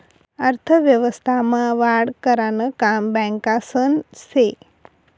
अर्थव्यवस्था मा वाढ करानं काम बॅकासनं से